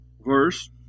verse